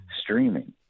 streaming